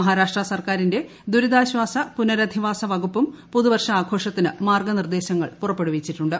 മഹാരാഷ്ട്ര സർക്കാരിന്റെ ദുരിതാശ്വാസ പുനരധിവാസ വകുപ്പും പുതുവർഷാഘോഷത്തിന് മാർഗ്ഗനിർദ്ദേശങ്ങൾ പുറപ്പെടുവിച്ചിട്ടുണ്ട്